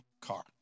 car